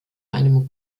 einem